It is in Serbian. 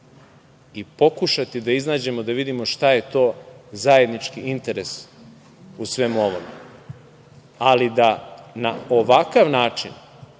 i pokušati da iznađemo da vidimo šta je to zajednički interes u svemu ovome, ali da na ovakav način